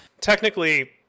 Technically